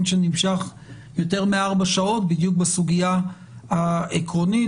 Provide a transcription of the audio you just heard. שנמשך יותר מארבע שעות בדיוק בסוגיה העקרונית,